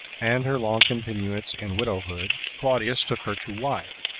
and her long continuance in widowhood, claudius took her to wife.